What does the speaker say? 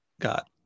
got